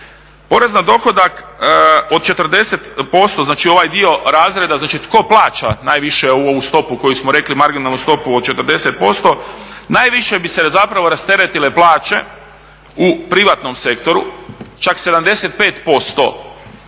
Porez na dohodak od 40% ovaj dio razreda znači tko plaća ovu stopu koju smo rekli marginalnu stopu od 40%, najviše se rasteretile plaće u privatnom sektoru čak 75%